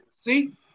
See